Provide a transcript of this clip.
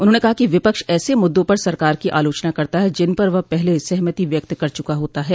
उन्होंने कहा कि विपक्ष ऐसे मुद्दों पर सरकार की आलोचना करता है जिन पर वह पहले सहमति व्यक्त कर चुका होता है